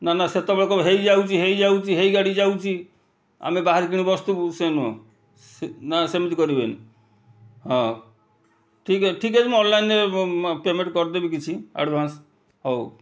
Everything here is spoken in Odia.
ନା ନା ସେତେବେଳେ କହିବ ହେଇ ଯାଉଛି ହେଇ ଯାଉଛି ହେଇ ଗାଡ଼ି ଯାଉଛି ଆମେ ବାହାରିକିନି ବସି ଥିବୁ ସେ ନୁହଁ ନା ସେମିତି କରିବେନି ହଁ ଠିକ୍ ଅଛି ଠିକ୍ ଅଛି ମୁଁ ଅନ୍ଲାଇନ୍ରେ ପେମେଣ୍ଟ କରି ଦେବି କିଛି ଆଡ଼୍ଭାନ୍ସ୍ ହଉ